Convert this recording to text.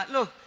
Look